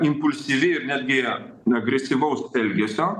impulsyvi ir netgi agresyvaus elgesio